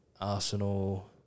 Arsenal